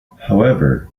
however